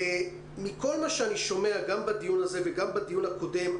מכל מה שאני שומע בדיון הזה וגם בדיון הקודם,